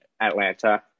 Atlanta